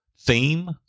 theme